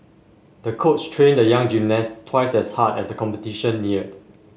the coach trained the young gymnast twice as hard as the competition neared